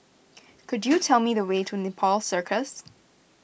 could you tell me the way to Nepal Circus